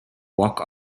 walk